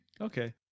Okay